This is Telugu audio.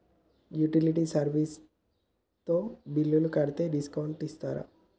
యుటిలిటీ సర్వీస్ తో బిల్లు కడితే డిస్కౌంట్ ఇస్తరా?